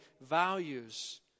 values